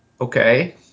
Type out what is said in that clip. Okay